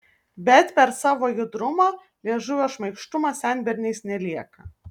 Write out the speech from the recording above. bet per savo judrumą liežuvio šmaikštumą senberniais nelieka